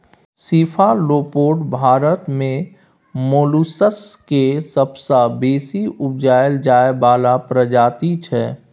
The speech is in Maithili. सीफालोपोड भारत मे मोलुसस केर सबसँ बेसी उपजाएल जाइ बला प्रजाति छै